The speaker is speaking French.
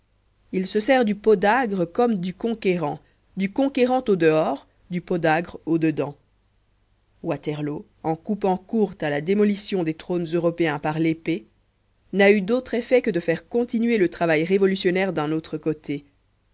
il se sert du podagre comme du conquérant du conquérant au dehors du podagre au dedans waterloo en coupant court à la démolition des trônes européens par l'épée n'a eu d'autre effet que de faire continuer le travail révolutionnaire d'un autre côté